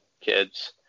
kids